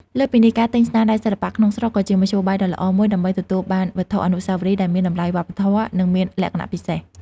លើសពីនេះ ការទិញស្នាដៃសិល្បៈក្នុងស្រុកក៏ជាមធ្យោបាយដ៏ល្អមួយដើម្បីទទួលបានវត្ថុអនុស្សាវរីយ៍ដែលមានតម្លៃវប្បធម៌ និងមានលក្ខណៈពិសេស។